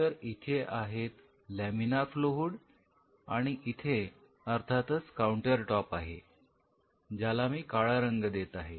तर इथे आहेत लमिनार फ्लो हूड आणि इथे अर्थातच काऊंटर टॉप आहे ज्याला मी काळा रंग देत आहे